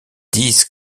disent